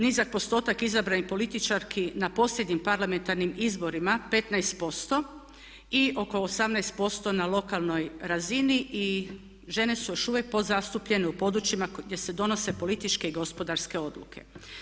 Nizak postotak izabranih političarki na posljednjim parlamentarnim izborima 15% i oko 18% na lokalnoj razini i žene su još uvijek podzastupljene u područjima gdje se donose političke i gospodarske odluke.